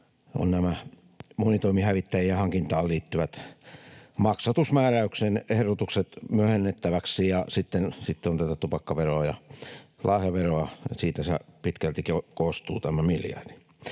ovat nämä monitoimihävittäjien hankintaan liittyvät maksatusmääräyksen ehdotukset myöhennettäväksi, ja sitten on tätä tupakkaveroa ja lahjaveroa — siitä pitkältikin koostuu tämä miljardi.